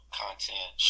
content